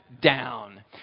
down